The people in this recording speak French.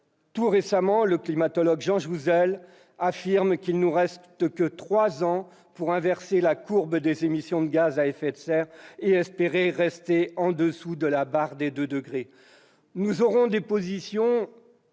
tout récemment, le climatologue Jean Jouzel a affirmé qu'il ne nous restait que trois ans pour inverser la courbe des émissions de gaz à effet de serre et espérer rester en dessous de la barre des 2°C. Nous aurons des positions